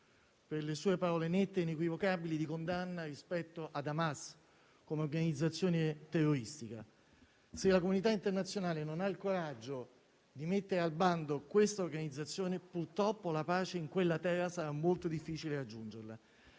per le sue parole nette ed inequivocabili di condanna rispetto ad Hamas come organizzazione terroristica. Se la comunità internazionale non ha il coraggio di mettere al bando questa organizzazione, purtroppo la pace in quella terra sarà molto difficile raggiungerla.